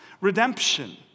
redemption